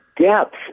depth